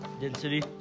Density